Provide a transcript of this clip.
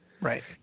Right